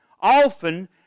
often